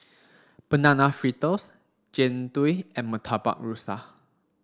banana fritters jian dui and murtabak rusa